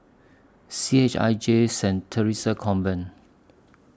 C H I J Saint Theresa's Convent